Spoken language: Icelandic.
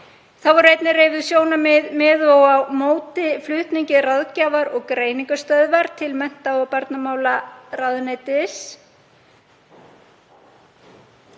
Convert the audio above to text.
Þá eru einnig reifuð sjónarmið með og á móti flutningi Ráðgjafar- og greiningarstöðvar til mennta- og barnamálaráðuneytis.